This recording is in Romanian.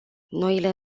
noile